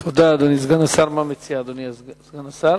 תודה, אדוני סגן השר.